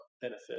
benefit